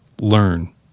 Learn